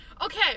Okay